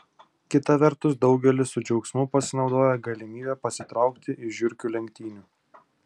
kita vertus daugelis su džiaugsmu pasinaudoja galimybe pasitraukti iš žiurkių lenktynių